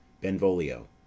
BENVOLIO